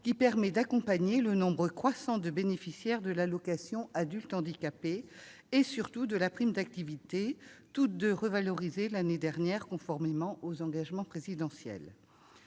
qui permet d'accompagner le nombre croissant de bénéficiaires de l'allocation aux adultes handicapés et surtout de la prime d'activité- ces deux dispositifs ont été revalorisés l'année dernière conformément aux engagements présidentiels.